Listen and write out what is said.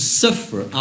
suffer